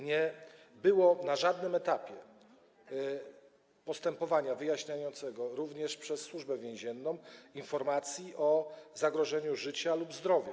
Nie było na żadnym etapie postępowania wyjaśniającego, również przez Służbę Więzienną, informacji o zagrożeniu życia lub zdrowia.